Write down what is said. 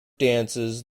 dances